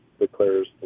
declares